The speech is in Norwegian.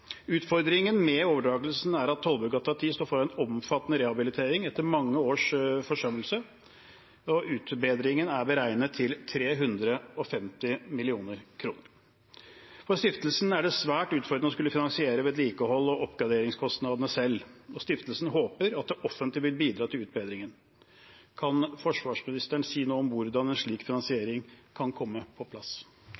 Utfordringen med overdragelsen er at Tollbugata 10 står foran omfattende rehabilitering etter mange års forsømmelse, og utbedringen er beregnet til 350 mill. kr. For stiftelsen er det svært utfordrende å skulle finansiere vedlikeholdet og oppgraderingskostnadene selv, og stiftelsen håper at det offentlige vil bidra til utbedringen. Kan forsvarsministeren si noe om hvordan en slik